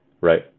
right